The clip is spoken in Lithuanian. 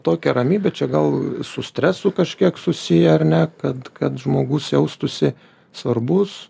tokią ramybę čia gal su stresu kažkiek susiję ar ne kad kad žmogus jaustųsi svarbus